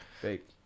fake